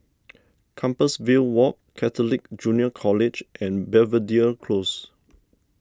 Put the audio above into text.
Compassvale Walk Catholic Junior College and Belvedere Close